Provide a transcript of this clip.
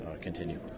continue